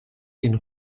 den